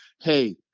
hey